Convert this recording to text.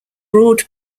broad